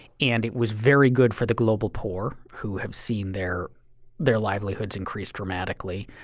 and it was very good for the global poor who had seen their their livelihoods increase dramatically.